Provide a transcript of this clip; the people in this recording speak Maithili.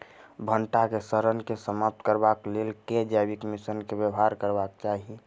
भंटा केँ सड़न केँ समाप्त करबाक लेल केँ जैविक मिश्रण केँ व्यवहार करबाक चाहि?